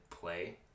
play